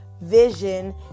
vision